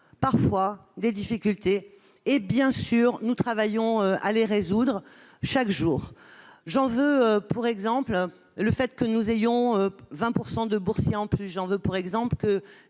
parfois des difficultés, et bien sûr nous travaillons à les résoudre chaque jour. J'en veux pour preuve le fait que nous comptons 20 % de boursiers supplémentaires ; j'en veux pour preuve que